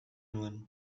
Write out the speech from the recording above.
nuen